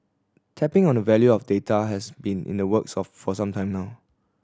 tapping on the value of data has been in the works of for some time now